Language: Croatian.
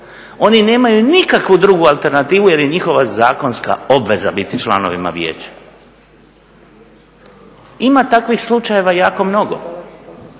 Oni nemaju nikakvu drugu alternativu jer je njihova zakonska obveza biti članovima vijeća. Ima takvih slučajeva jako mnogo.